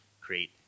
create